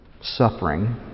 suffering